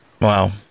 Wow